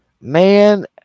Man